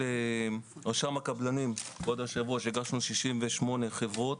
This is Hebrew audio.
לרשם הקבלנים הגשנו 68 חברות,